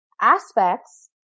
aspects